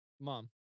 Mom